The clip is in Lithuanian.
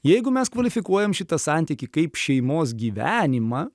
jeigu mes kvalifikuojam šitą santykį kaip šeimos gyvenimą